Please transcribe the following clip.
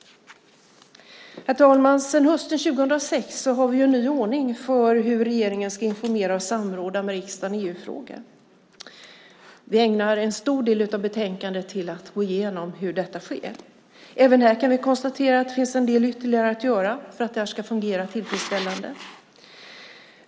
Herr talman! Sedan hösten 2006 har vi en ny ordning för hur regeringen ska informera och samråda med riksdagen i EU-frågor. Vi ägnar en stor del av betänkandet till att gå igenom hur detta sker. Även här kan vi konstatera att det finns en del ytterligare att göra för att det här ska fungera tillfredsställande.